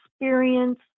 experience